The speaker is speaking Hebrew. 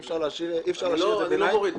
אני לא מוריד.